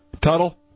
Tuttle